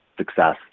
success